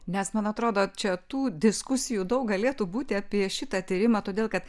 nes man atrodo čia tų diskusijų daug galėtų būti apie šitą tyrimą todėl kad